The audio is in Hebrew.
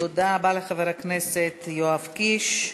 תודה רבה לחבר הכנסת יואב קיש.